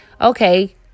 okay